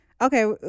Okay